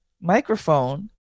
microphone